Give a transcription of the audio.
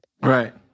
Right